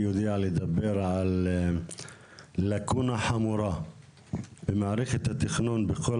אני יודע לדבר על לקונה חמורה במערכת התכנון בכל